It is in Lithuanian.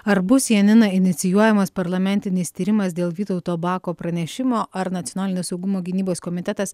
ar bus janina inicijuojamas parlamentinis tyrimas dėl vytauto bako pranešimo ar nacionalinio saugumo gynybos komitetas